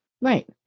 Right